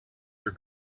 your